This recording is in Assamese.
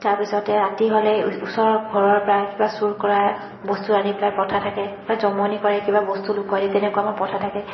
তাৰ পিছতে ৰাতি হ'লে ওচৰৰ ঘৰৰ পৰা কিবা চুৰ কৰাই বস্তু আনি পেলাই প্ৰথা থাকে বা জমনি কৰে কিবা বস্তু লুকুৱাই দিয়ে তেনেকুৱা আমাৰ প্ৰথা থাকে